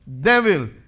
Devil